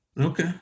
okay